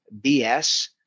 BS